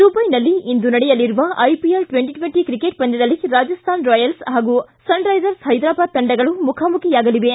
ದುಬೈನಲ್ಲಿ ಇಂದು ನಡೆಯಲಿರುವ ಐಪಿಎಲ್ ಟ್ಲೆಂಟಿ ಟ್ಲೆಂಟಿ ಕ್ರಿಕೆಟ್ ಪಂದ್ಯದಲ್ಲಿ ರಾಜಸ್ತಾನ್ ರಾಯಲ್ಸ್ ಹಾಗೂ ಸನ್ರೈಸರ್ಸ್ ಹೈದರಾಬಾದ್ ತಂಡಗಳು ಮುಖಾಮುಖಿಯಾಗಲಿವೆ